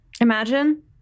Imagine